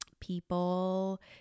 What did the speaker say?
people